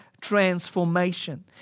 transformation